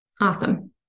Awesome